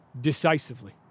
decisively